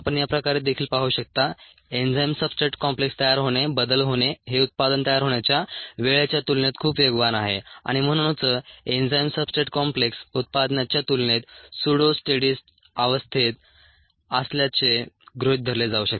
आपण या प्रकारे देखील पाहू शकता एन्झाइम सब्सट्रेट कॉम्प्लेक्स तयार होणे बदल होणे हे उत्पादन तयार होण्याच्या वेळेच्या तुलनेत खूप वेगवान आहे आणि म्हणूनच एन्झाइम सब्सट्रेट कॉम्प्लेक्स उत्पादनाच्या तुलनेत सुडो स्टेडी अवस्थेत असल्याचे गृहित धरले जाऊ शकते